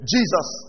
Jesus